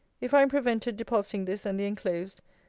if i am prevented depositing this and the enclosed,